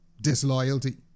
disloyalty